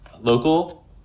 local